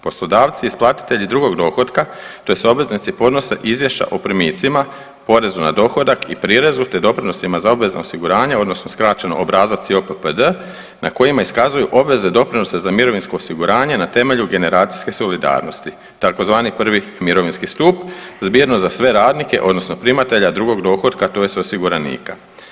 Poslodavci isplatitelji drugog dohotka tj. obveznici podnose izvješća o primicima, porezu na dohodak i prirezu, te doprinosima za obvezno osiguranje odnosno skraćeno obrazac JOPPD na kojima iskazuju obveze doprinosa za mirovinsko osiguranje na temelju generacijske solidarnosti tzv. prvi mirovinski stup zbirno za sve radnike odnosno primatelja drugog dohotka tj. osiguranika.